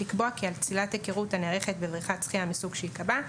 לקבוע כי על צלילת היכרות הנערכת בבריכת שחייה מסוג שיקבע,